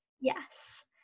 Yes